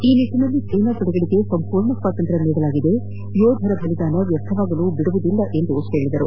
ಈ ನಿಟ್ಟನಲ್ಲಿ ಸೇನಾಪಡೆಗೆ ಸಂಪೂರ್ಣ ಸ್ವಾತಂತ್ರ್ಯ ನೀಡಲಾಗಿದೆ ಯೋಧರ ಬಲಿದಾನ ವ್ಕರ್ಥವಾಗಲು ಬಿಡುವುದಿಲ್ಲ ಎಂದರು